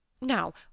Now